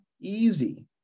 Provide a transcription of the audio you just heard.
easy